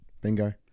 Bingo